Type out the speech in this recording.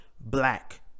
black